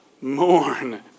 mourn